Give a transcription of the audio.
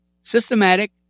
systematic